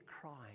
crying